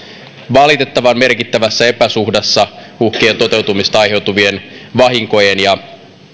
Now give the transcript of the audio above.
valitettavan merkittävässä epäsuhdassa uhkien toteutumisesta aiheutuvien vahinkojen ja